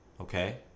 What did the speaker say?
Okay